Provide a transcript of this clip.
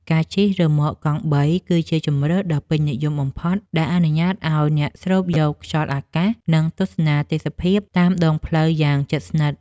ការជិះរ៉ឺម៉កកង់បី គឺជាជម្រើសដ៏ពេញនិយមបំផុត ដែលអនុញ្ញាតឱ្យអ្នកស្រូបយកខ្យល់អាកាស និងទស្សនាទេសភាពតាមដងផ្លូវយ៉ាងជិតស្និទ្ធ។